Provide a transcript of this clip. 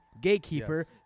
Gatekeeper